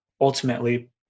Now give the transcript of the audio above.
ultimately